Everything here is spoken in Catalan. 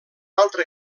altre